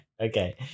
Okay